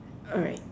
alright